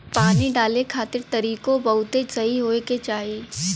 पानी डाले खातिर तरीकों बहुते सही होए के चाही